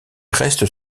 restes